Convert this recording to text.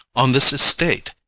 on this estate,